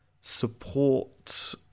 support